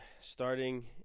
starting